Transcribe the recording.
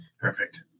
Perfect